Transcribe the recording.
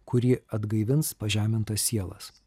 kuri atgaivins pažemintas sielas